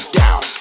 down